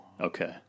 Okay